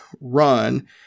Run